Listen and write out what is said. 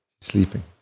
sleeping